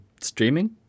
streaming